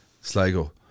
Sligo